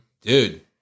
Dude